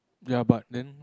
ya but then